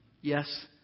Yes